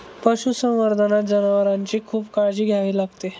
पशुसंवर्धनात जनावरांची खूप काळजी घ्यावी लागते